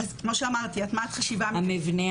המבנה